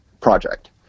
project